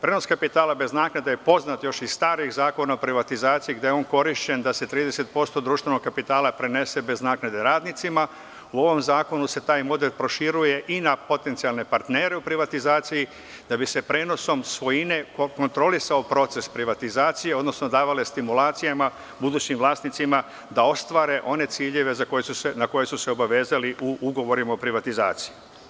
Prenos kapitala bez naknade je poznat još iz starih zakona o privatizaciji gde je on korišćen da se 30% društvenog kapitala prenese bez naknade radnicima, u ovom zakonu se taj model proširuje i na potencijalne partnere u privatizaciji, da bi se prenosom svojine kontrolisao proces privatizacije, odnosno davale stimulacije budućim vlasnicima da ostvare one ciljeve na koje su se obavezali u ugovorima o privatizaciji.